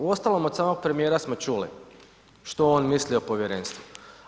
Uostalom, od samog premijera smo čuli što on misli o povjerenstvu.